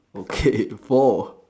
okay four